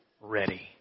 ready